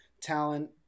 talent